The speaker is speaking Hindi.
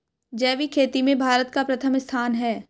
जैविक खेती में भारत का प्रथम स्थान है